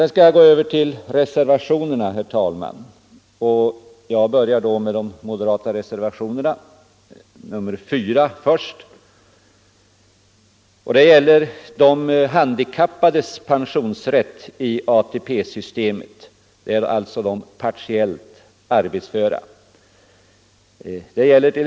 Jag skall nu gå över till att tala om reservationerna och tar först den moderata reservationen 4 om de handikappades pensionsrätt i ATP-systemet. Det gäller alltså de partiellt arbetsföra.